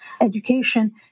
education